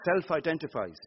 self-identifies